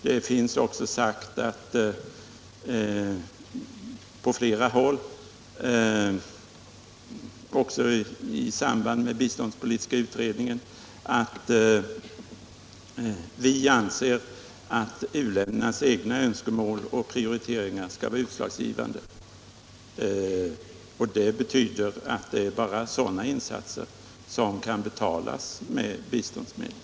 Det har också sagts från flera håll, även i samband med biståndspolitiska utredningen, att u-ländernas egna önskemål och prioriteringar skall vara utslagsgivande. Och det betyder att det bara är sådana insatser som kan betalas med biståndsmedel.